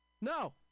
No